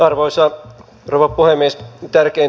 arvoisa rouva puhemies